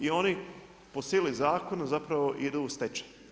I oni po sili zakona zapravo idu u stečaj.